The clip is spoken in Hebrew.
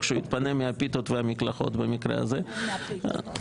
כשהוא יתפנה מהפיתות והמקלחות במקרה הזה ------ נו,